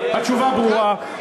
התשובה ברורה.